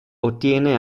ottiene